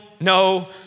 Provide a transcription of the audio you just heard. no